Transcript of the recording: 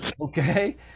okay